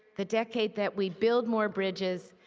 the decade that we build more bridges.